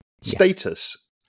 status